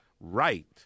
right